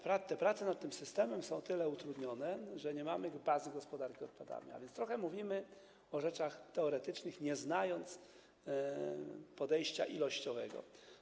Prace nad tym systemem są o tyle utrudnione, że nie mamy bazy gospodarki odpadami, więc mówimy trochę o rzeczach teoretycznych, nie znając podejścia ilościowego.